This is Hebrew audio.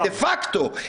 דה-פקטו,